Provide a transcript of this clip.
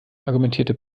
argumentierte